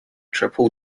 triple